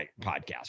podcast